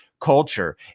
culture